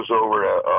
over